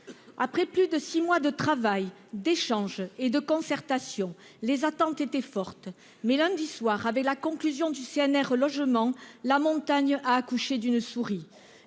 Après plus de six mois de travail, d'échanges et de concertations, les attentes étaient fortes. Mais lundi soir, lors de la conclusion du CNR Logement, la montagne a accouché d'une souris.